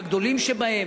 הגדולים שבהם,